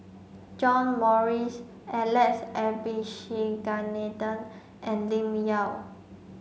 John Morrice Alex Abisheganaden and Lim Yau